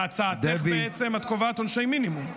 בהצעתך, בעצם, את קובעת עונשי מינימום.